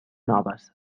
noves